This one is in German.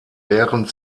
während